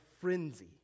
frenzy